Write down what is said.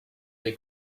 they